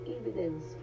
evidence